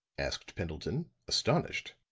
asked pendleton, astonished.